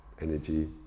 energy